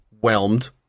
whelmed